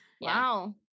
wow